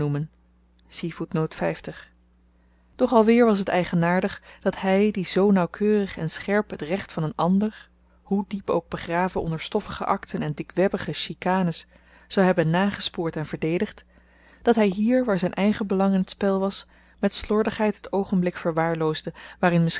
doch alweer was t eigenaardig dat hy die zoo nauwkeurig en scherp het recht van een ander hoe diep ook begraven onder stoffige akten en dikwebbige chicanes zou hebben nagespoord en verdedigd dat hy hier waar zyn eigen belang in t spel was met slordigheid het oogenblik verwaarloosde waarin